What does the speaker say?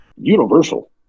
universal